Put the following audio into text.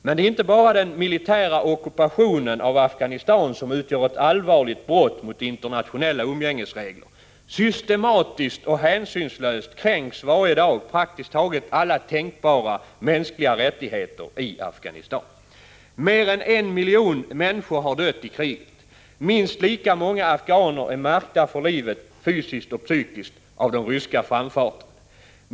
Men det är inte bara den militära ockupationen av Afghanistan som utgör ett allvarligt brott mot internationella umgängesregler. Systematiskt och hänsynslöst kränks varje dag praktiskt taget alla tänkbara mänskliga rättigheter i Afghanistan. Mer än 1 miljon människor har dött i kriget. Minst lika många afghaner är märkta för livet fysiskt och psykiskt av den ryska framfarten.